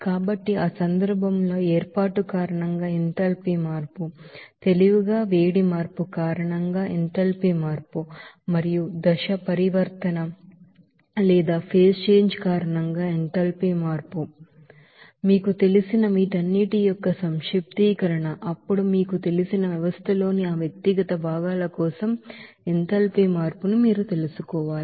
కాబట్టి ఆ సందర్భంలో ఏర్పాటు కారణంగా ఎంథాల్పీ మార్పు తెలివిగా వేడి మార్పు కారణంగా ఎంథాల్పీ మార్పు మరియు ఫేజ్ చేంజ్ న కారణంగా ఎంథాల్పీ మార్పు కారణంగా మీకు తెలిసిన వీటన్నిటి యొక్క సమ్మషన్ అప్పుడు మీరు మీకు తెలిసిన వ్యవస్థలోని ఆ వ్యక్తిగత భాగాల కోసం ఎంథాల్పీ మార్పును మీరు తెలుసుకోవాలి